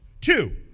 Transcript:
Two